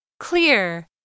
Clear